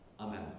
Amen